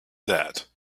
that